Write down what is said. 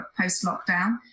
post-lockdown